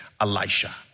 Elisha